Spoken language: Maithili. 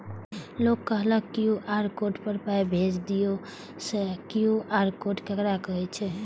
लोग कहलक क्यू.आर कोड पर पाय भेज दियौ से क्यू.आर कोड ककरा कहै छै?